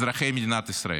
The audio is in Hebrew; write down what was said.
אזרחי מדינת ישראל.